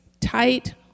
tight